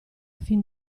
fin